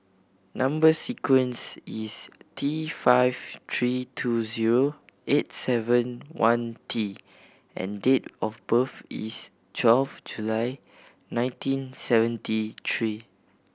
number sequence is T five three two zero eight seven one T and date of birth is twelve July nineteen seventy three